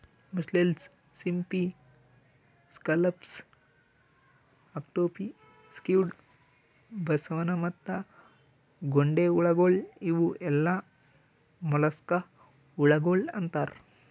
mussels, ಸಿಂಪಿ, scallops, octopi, squid, ಬಸವನ ಮತ್ತ ಗೊಂಡೆಹುಳಗೊಳ್ ಇವು ಎಲ್ಲಾ ಮೊಲಸ್ಕಾ ಹುಳಗೊಳ್ ಅಂತಾರ್